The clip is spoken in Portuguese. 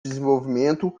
desenvolvimento